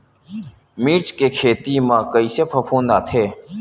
मिर्च के खेती म कइसे फफूंद आथे?